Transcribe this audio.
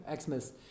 Xmas